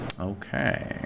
Okay